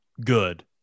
good